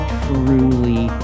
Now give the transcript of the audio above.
truly